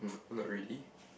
um not really